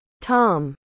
Tom